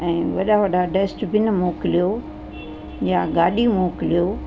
ऐं वॾा वॾा डस्टबिन मोकिलियो या गाॾी मोकिलियो